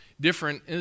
different